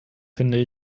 finde